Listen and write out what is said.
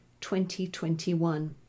2021